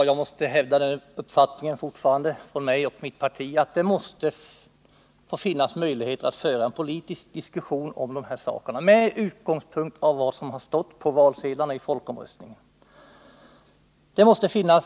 Herr talman! Jag måste fortfarande hävda min och mitt partis uppfattning att det måste få finnas möjligheter att med utgångspunkt i vad som har stått på valsedlarna vid folkomröstningen föra en politisk diskussion om de här sakerna.